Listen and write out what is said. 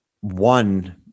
one